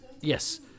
yes